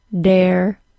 Dare